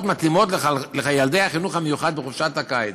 מתאימות לילדי החינוך המיוחד בחופשת הקיץ.